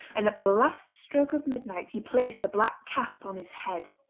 and at the last stroke of midnight he placed the black cap on his head.